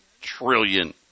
trillion